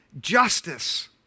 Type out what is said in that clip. justice